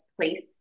place